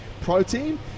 protein